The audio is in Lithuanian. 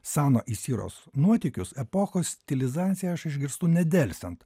sano isiros nuotykius epochos stilizaciją aš išgirstu nedelsiant